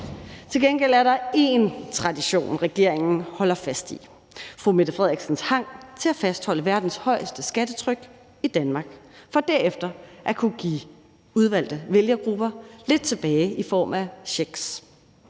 Til gengæld er der én tradition, regeringen holder fast i: statsministerens hang til at fastholde verdens højeste skattetryk i Danmark for derefter at kunne give udvalgte vælgergrupper lidt tilbage i form af checks.